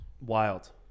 Wild